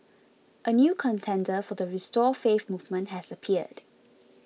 a new contender for the restore faith movement has appeared